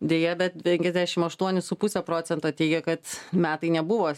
deja bet penkiasdešimt aštuoni su puse procento teigia kad metai nebuvo